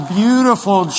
beautiful